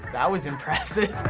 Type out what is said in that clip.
that was impressive.